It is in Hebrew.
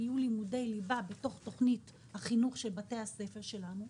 יהיו לימודי ליבה בתוך תוכנית החינוך של בתי הספר שלנו.